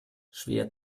schwer